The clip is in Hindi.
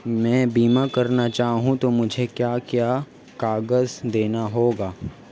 मैं बीमा करना चाहूं तो मुझे क्या क्या कागज़ देने होंगे?